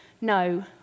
no